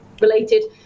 related